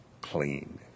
clean